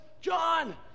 John